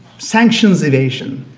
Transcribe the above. sanctions evasion